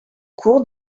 cours